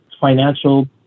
financial